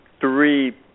three